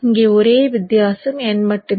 இங்கே ஒரே வித்தியாசம் N மட்டுமே